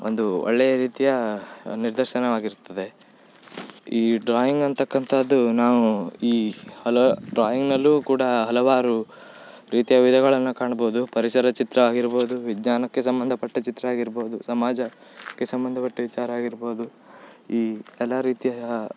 ಒಂದು ಒಳ್ಳೆಯ ರೀತಿಯ ನಿದರ್ಶನವಾಗಿರ್ತದೆ ಈ ಡ್ರಾಯಿಂಗ್ ಅಂತಕ್ಕಂಥದ್ದು ನಾವು ಈ ಹಲ ಡ್ರಾಯಿಂಗ್ನಲ್ಲೂ ಕೂಡ ಹಲವಾರು ರೀತಿಯ ವಿಧಗಳನ್ನು ಕಾಣ್ಬೋದು ಪರಿಸರ ಚಿತ್ರ ಆಗಿರ್ಬೋದು ವಿಜ್ಞಾನಕ್ಕೆ ಸಂಬಂಧಪಟ್ಟ ಚಿತ್ರ ಆಗಿರ್ಬೋದು ಸಮಾಜಕ್ಕೆ ಸಂಬಂಧಪಟ್ಟ ವಿಚಾರ ಆಗಿರ್ಬೋದು ಈ ಎಲ್ಲ ರೀತಿಯ